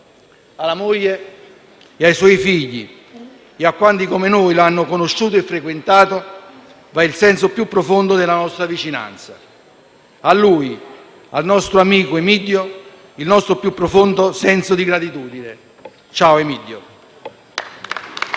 Alla moglie, ai figli e a quanti, come noi, l'hanno conosciuto e frequentato va il senso più profondo della nostra vicinanza. A lui, al nostro amico Emiddio, va il nostro più profondo senso di gratitudine. Ciao, Emiddio.